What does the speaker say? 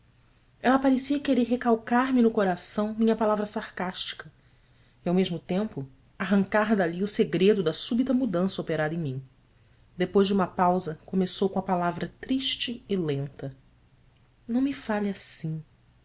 ela parecia querer recalcar me no coração minha palavra sarcástica e ao mesmo tempo arrancar dali o segredo da súbita mudança operada em mim depois de uma pausa começou com a palavra triste e lenta ão me fale assim